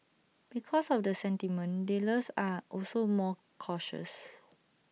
because of the sentiment dealers are also more cautious